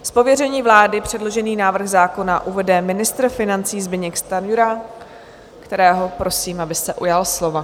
Z pověření vlády předložený návrh zákona uvede ministr financí Zbyněk Stanjura, kterého prosím, aby se ujal slova.